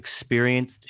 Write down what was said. experienced